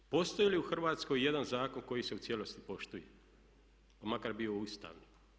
Postoji li u Hrvatskoj jedan zakon koji se u cijelosti poštuje, pa makar bio i ustavni.